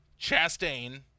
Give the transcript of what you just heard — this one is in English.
Chastain